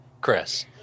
Chris